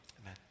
Amen